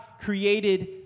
created